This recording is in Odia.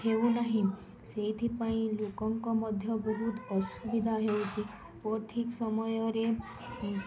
ହେଉନାହିଁ ସେଇଥିପାଇଁ ଲୋକଙ୍କ ମଧ୍ୟ ବହୁତ ଅସୁବିଧା ହେଉଛି ଓ ଠିକ୍ ସମୟରେ